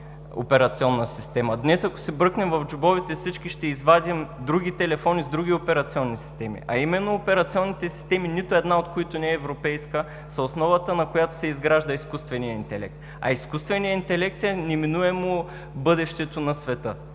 Днес, ако си бръкнем в джобовете, всички ще извадим други телефони с други операционни системи, а именно операционните системи, нито една от които не е европейска, са основата, на която се изгражда изкуствения интелект, а изкуственият интелект е неминуемо бъдещето на света,